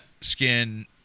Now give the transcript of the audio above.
skin